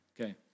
Okay